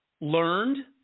learned